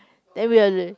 then we'll